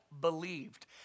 believed